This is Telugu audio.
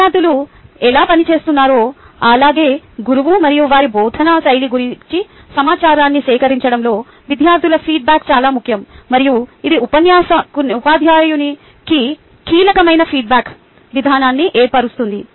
విద్యార్థులు ఎలా పని చేస్తున్నారో అలాగే గురువు మరియు వారి బోధనా శైలి గురించి సమాచారాన్ని సేకరించడంలో విద్యార్థుల ఫీడ్బ్యాక్ చాలా ముఖ్యం మరియు ఇది ఉపాధ్యాయునికి కీలకమైన ఫీడ్బ్యాక్ విధానాన్ని ఏర్పరుస్తుంది